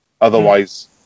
Otherwise